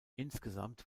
insgesamt